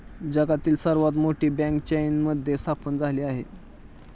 जगातील सर्वात मोठी बँक चीनमध्ये स्थापन झाली आहे